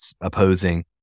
opposing